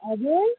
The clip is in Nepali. हजुर